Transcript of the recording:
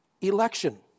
election